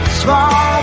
small